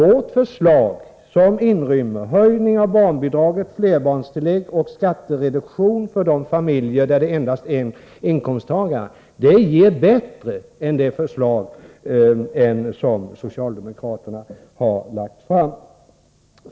Vårt förslag, som inrymmer höjning av barnbidraget, flerbarnstillägg och skattereduktion för de familjer där det endast är en inkomsttagare, är bättre än det förslag som socialdemokraterna har lagt fram.